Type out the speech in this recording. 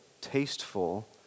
tasteful